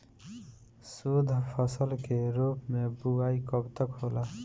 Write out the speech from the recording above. शुद्धफसल के रूप में बुआई कब तक होला?